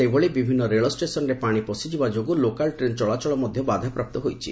ସେହିଭଳି ବିଭିନ୍ନ ରେଳ ଷ୍ଟେସନ୍ରେ ପାଣି ପସିଯିବା ଯୋଗୁଁ ଲୋକାଲ୍ ଟ୍ରେନ୍ ଚଳାଚଳ ମଧ୍ୟ ବାଧାପ୍ରାପ୍ତ ହୋଇଛି